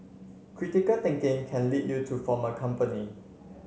critical thinking can lead you to form a company